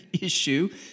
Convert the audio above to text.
issue